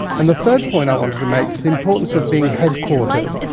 and the third point i wanted to make is the importance of being headquartered.